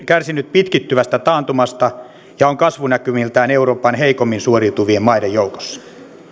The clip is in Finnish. kärsinyt pitkittyvästä taantumasta ja on kasvunäkymiltään euroopan heikoimmin suoriutuvien maiden joukossa